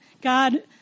God